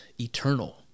eternal